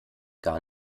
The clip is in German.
gar